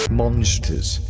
monsters